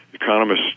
Economists